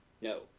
no